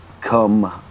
come